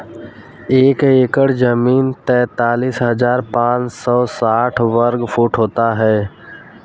एक एकड़ जमीन तैंतालीस हजार पांच सौ साठ वर्ग फुट होती है